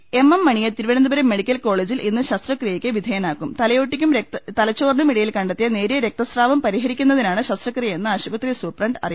മന്ത്രി M M മണിയെ Thiruvananthapuram medical കോള ജിൽ ഇന്ന് ശസ്ത്രക്രിയക്ക് വിധേയനാക്കും തലയോട്ടിക്കും തല ച്ചോറിനും ഇടയിൽ കണ്ടെത്തിയ നേരിയ രക്തസ്രാവം പരിഹരി ക്കുന്നിനാണ് ശസ്ത്രക്രിയയെന്ന് ആശുപത്രി സൂപ്രണ്ട് അറിയിച്ചു